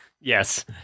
Yes